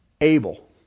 able